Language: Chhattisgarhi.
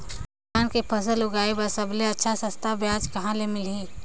धान के फसल उगाई बार सबले अच्छा सस्ता ब्याज कहा ले मिलही?